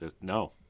no